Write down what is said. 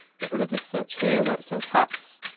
get rid of the search here where it says hats.